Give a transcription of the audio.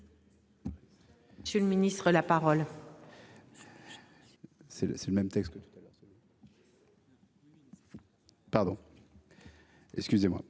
Monsieur le Ministre, la parole. C'est le c'est le même texte que tout à l'heure. Pardon. Excusez-moi,